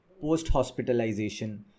post-hospitalization